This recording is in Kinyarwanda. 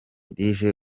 rije